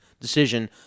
decision